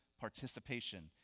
participation